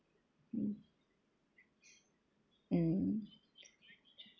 mm mm